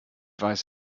weiß